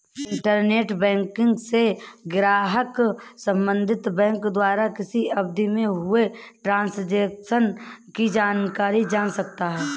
internet banking से ग्राहक संबंधित बैंक द्वारा किसी अवधि में हुए ट्रांजेक्शन की जानकारी जान सकता है